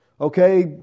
Okay